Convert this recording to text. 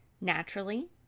Naturally